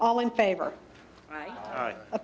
all in favor of